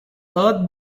earth